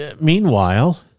Meanwhile